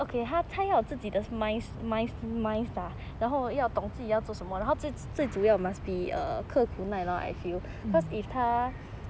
mm